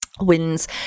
wins